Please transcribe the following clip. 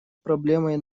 проблемой